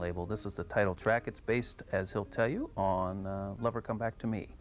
label this is the title track it's based as he'll tell you on lover come back